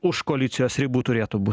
už koalicijos ribų turėtų bū